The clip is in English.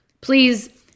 Please